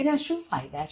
તેના શું ફાયદા છે